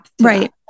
Right